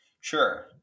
Sure